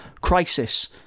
Crisis